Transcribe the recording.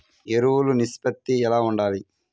ఎరువులు నిష్పత్తి ఎలా ఉండాలి?